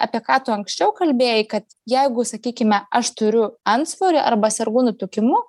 apie ką tu anksčiau kalbėjai kad jeigu sakykime aš turiu antsvorį arba sergu nutukimu